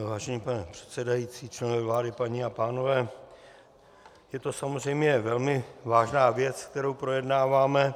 Vážený pane předsedající, členové vlády, paní a pánové, je to samozřejmě velmi vážná věc, kterou projednáváme.